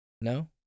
No